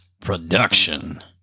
production